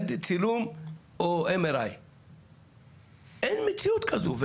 צילום או MRI. אין מציאות כזו.